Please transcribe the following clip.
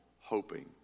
hoping